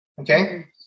Okay